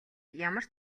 ямар